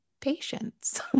patience